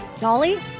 Dolly